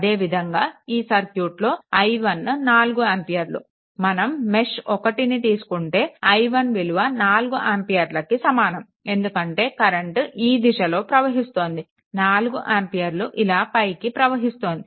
అదే విధంగా ఈ సర్క్యూట్లో i1 4 ఆంపియర్లు మనం మెష్1 ను తీసుకుంటే i1 విలువ 4 ఆంపియర్లకి సమానం ఎందుకంటే కరెంట్ ఈ దిశలో ప్రవహిస్తోంది 4 ఆంపియర్లు ఇలా పైకి ప్రవహిస్తోంది